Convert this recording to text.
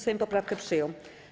Sejm poprawkę przyjął.